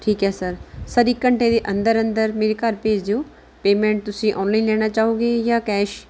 ਠੀਕ ਹੈ sir sir ਇੱਕ ਘੰਟੇ ਦੇ ਅੰਦਰ ਅੰਦਰ ਮੇਰੇ ਘਰ ਭੇਜ ਦਿਓ ਪੇਮੈਂਟ ਤੁਸੀਂ ਔਨਲਾਈਨ ਲੈਣਾ ਚਾਹੋਗੇ ਜਾਂ ਕੈਸ਼